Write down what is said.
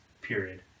period